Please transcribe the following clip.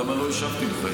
למה לא השבתי לך?